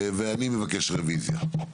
ואני מבקש רביזיה.